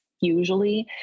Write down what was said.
usually